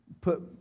put